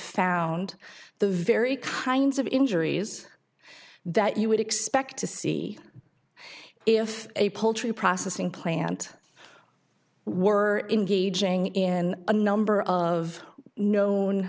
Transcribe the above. found the very kinds of injuries that you would expect to see if a poultry processing plant were engaging in a number of known